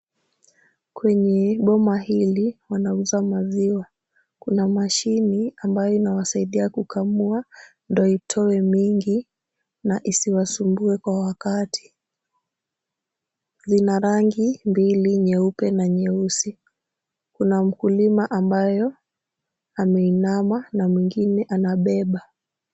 Kwenye boma hili wanauza maziwa. Kuna mashine ambayo inawasaidia kukamua ndo itoe mingi na isiwasumbue kwa wakati. Zina rangi mbili, nyeupe na nyeusi. Kuna mkulima ambayo ameinama na mwingine anabeba.